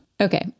okay